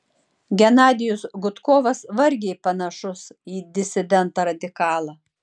genadijus gudkovas vargiai panašus į disidentą radikalą